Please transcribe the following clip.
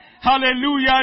Hallelujah